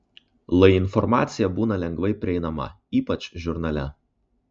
lai informacija būna lengvai prieinama ypač žurnale